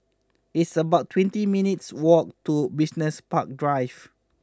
it's about twenty three minutes' walk to Business Park Drive